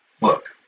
look